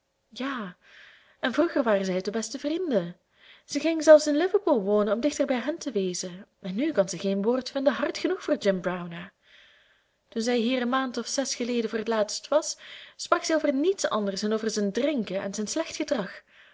ja en vroeger waren zij de beste vrienden zij ging zelfs in liverpool wonen om dichter bij hen te wezen en nu kan zij geen woord vinden hard genoeg voor jim browner toen zij hier een maand of zes geleden voor het laatst was sprak zij over niets anders dan over zijn drinken en zijn slecht gedrag